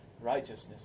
righteousness